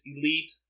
elite